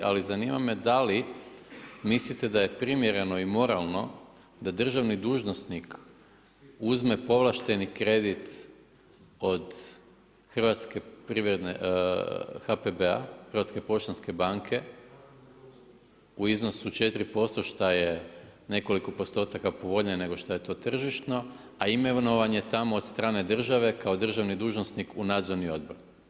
Ali, zanima me da li mislite da je primjereno i moralno da državni dužnosnik, uzme povlašteni kredit od HPB, Hrvatske poštanske banke u iznosu 4%, što je nekoliko postotaka povoljnije nego što je to tržišno, a imenovan je tamo od strane države, kao državni dužnosnik u nadzorni odbor.